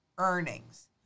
earnings